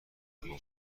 خواهم